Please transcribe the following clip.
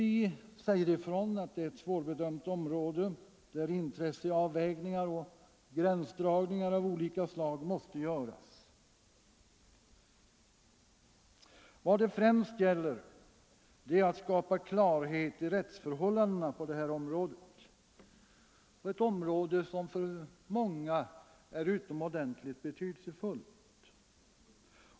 Vi säger att det är ett svårbedömt område där intresseavvägningar och gränsdragningar av olika slag måste göras. Det gäller främst att skapa klarhet i rättsförhållandena på det här området — ett område som för många är utomordentligt betydelsefullt.